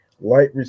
Light